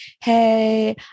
Hey